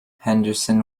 henderson